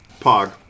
Pog